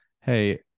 Hey